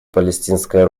палестинское